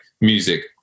music